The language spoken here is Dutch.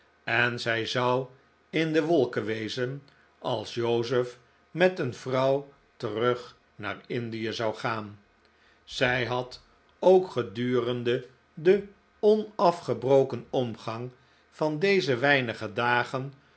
en zij zou in de wolken wezen als joseph met een vrouw terug naar indie zou gaan zij had ook gedurende den onafgebroken omgang van deze weinige dagen